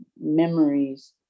memories